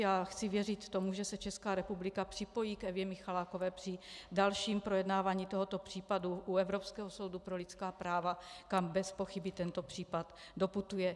Já chci věřit tomu, že se Česká republika připojí k Evě Michalákové při dalším projednávání tohoto případu u Evropského soudu pro lidská práva, kam bezpochyby tento případ doputuje.